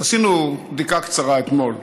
עשינו בדיקה קצרה אתמול,